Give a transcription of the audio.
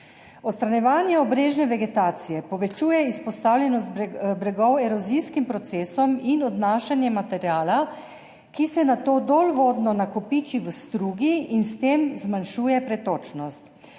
Odstranjevanje obrežne vegetacije povečuje izpostavljenost bregov erozijskim procesom in odnašanje materiala, ki se nato dolvodno nakopiči v strugi in s tem zmanjšuje pretočnost,